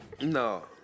No